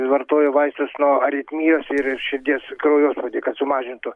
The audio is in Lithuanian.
vartoju vaistus nuo aritmijos ir ir širdies kraujospūdį kad sumažintų